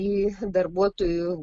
į darbuotojų